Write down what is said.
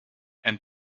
and